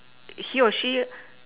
he or she